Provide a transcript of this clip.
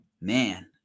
Man